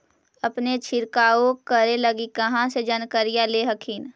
अपने छीरकाऔ करे लगी कहा से जानकारीया ले हखिन?